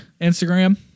Instagram